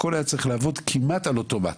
הכול היה צריך לעבוד כמעט על אוטומט.